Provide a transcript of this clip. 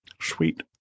Sweet